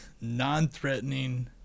non-threatening